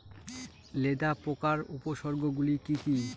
লেদা পোকার উপসর্গগুলি কি কি?